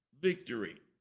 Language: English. victory